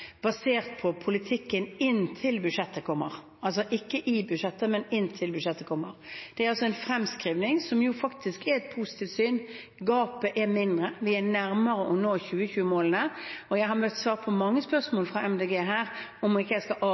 basert på politikken inntil budsjettet kommer – altså ikke i budsjettet, men inntil budsjettet kommer. Det er en fremskrivning som faktisk gir et positivt syn. Gapet er mindre. Vi er nærmere ved å nå 2020-målene. Jeg har her svart på mange spørsmål fra MDG om jeg ikke skal